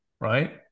right